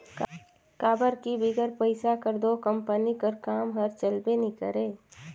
काबर कि बिगर पइसा कर दो कंपनी कर काम हर चलबे नी करे